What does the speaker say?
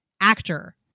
actor